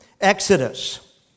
Exodus